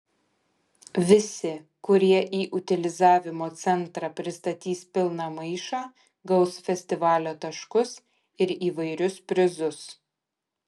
visi kurie į utilizavimo centrą pristatys pilną maišą gaus festivalio taškus ir įvairius prizus